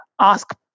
ask